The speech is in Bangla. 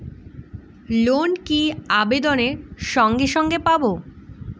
লোন কি আবেদনের সঙ্গে সঙ্গে পাব?